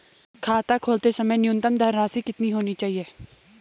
खाता खोलते समय न्यूनतम धनराशि कितनी होनी चाहिए?